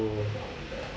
to